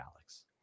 Alex